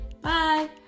Bye